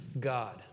God